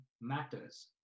matters